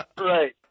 Right